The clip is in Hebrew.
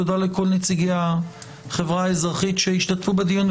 תודה לכל נציגי החברה האזרחית שהשתתפו בדיון.